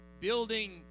building